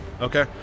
Okay